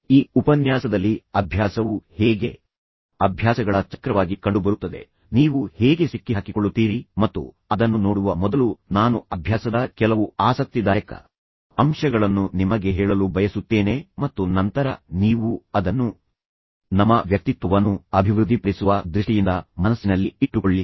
ಈ ಉಪನ್ಯಾಸದಲ್ಲಿ ಅಭ್ಯಾಸವು ಹೇಗೆ ಅಭ್ಯಾಸಗಳ ಚಕ್ರವಾಗಿ ಕಂಡುಬರುತ್ತದೆ ನೀವು ಹೇಗೆ ಸಿಕ್ಕಿಹಾಕಿಕೊಳ್ಳುತ್ತೀರಿ ಮತ್ತು ಅದನ್ನು ನೋಡುವ ಮೊದಲು ನಾನು ಅಭ್ಯಾಸದ ಕೆಲವು ಆಸಕ್ತಿದಾಯಕ ಅಂಶಗಳನ್ನು ನಿಮಗೆ ಹೇಳಲು ಬಯಸುತ್ತೇನೆ ಮತ್ತು ನಂತರ ನೀವು ಅದನ್ನು ನಮ್ಮ ವ್ಯಕ್ತಿತ್ವವನ್ನು ಅಭಿವೃದ್ಧಿಪಡಿಸುವ ದೃಷ್ಟಿಯಿಂದ ಮನಸ್ಸಿನಲ್ಲಿ ಇಟ್ಟುಕೊಳ್ಳಿ